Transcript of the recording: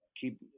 keep